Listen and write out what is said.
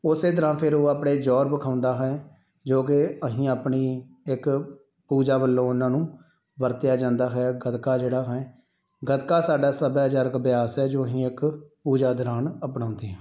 ਉਸੇ ਦੌਰਾਨ ਫਿਰ ਉਹ ਆਪਣੇ ਜੌਹਰ ਵਿਖਾਉਂਦਾ ਹੈ ਜੋ ਕਿ ਅਸੀਂ ਆਪਣੀ ਇੱਕ ਪੂਜਾ ਵੱਲੋਂ ਉਹਨਾਂ ਨੂੰ ਵਰਤਿਆ ਜਾਂਦਾ ਹੈ ਗੱਤਕਾ ਜਿਹੜਾ ਹੈ ਗੱਤਕਾ ਸਾਡਾ ਸੱਭਿਆਚਾਰਕ ਅਭਿਆਸ ਹੈ ਜੋ ਅਸੀਂ ਇੱਕ ਪੂਜਾ ਦੌਰਾਨ ਅਪਣਾਉਂਦੇ ਹਾਂ